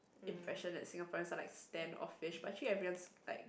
impression that Singaporeans are like standoffish but actually everyone's like